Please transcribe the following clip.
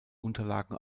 unterlagen